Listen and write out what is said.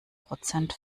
prozent